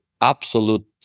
absolute